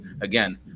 again